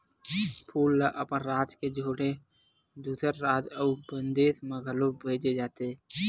फूल ल अपन राज के छोड़े दूसर राज अउ बिदेस म घलो भेजे जाथे